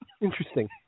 Interesting